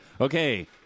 Okay